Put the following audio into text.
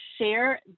share